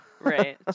Right